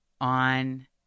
on